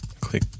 click